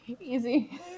Easy